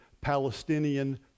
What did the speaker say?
Palestinian